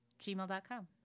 gmail.com